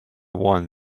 one